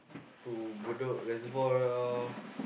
to Bedok-Reservoir or